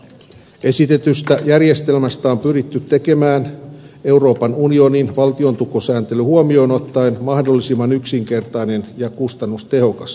esitetystä järjestelmästä on pyritty tekemään euroopan unionin valtiontukisääntely huomioon ottaen mahdollisimman yksinkertainen ja kustannustehokas